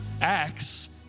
Acts